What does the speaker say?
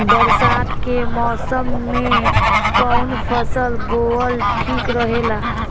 बरसात के मौसम में कउन फसल बोअल ठिक रहेला?